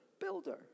builder